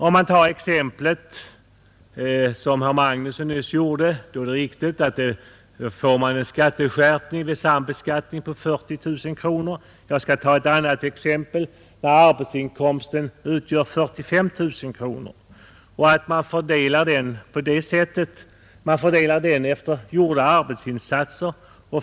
Om man tar det exempel som herr Magnusson i Borås nyss gav, är det riktigt att man vid sambeskattning av 40 000 kronor får en skatteskärpning på något över 3 000 kronor. Jag skall ta ett annat exempel, där arbetsinkomsten utgör 45 000 kronor. Den fördelas efter gjorda arbetsinsatser.